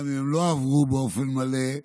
גם אם לא עברו באופן מלא,